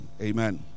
Amen